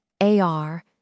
AR